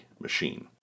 machine